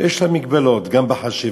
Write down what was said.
ויש לה מגבלות גם בחשיבה,